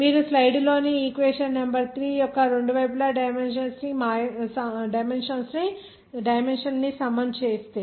మీరు స్లైడ్లోని equation number 3 యొక్క రెండు వైపులా డైమెన్షన్ ని సమం చేస్తే